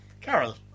carol